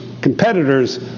competitors